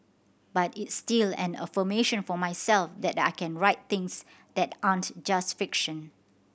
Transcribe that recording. but it's still an affirmation for myself that I can write things that aren't just fiction